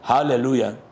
Hallelujah